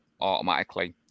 automatically